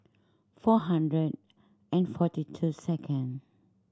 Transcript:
four hundred and forty two second